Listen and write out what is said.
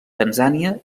tanzània